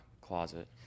closet